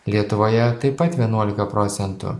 lietuvoje taip pat vienuolika proc